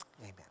Amen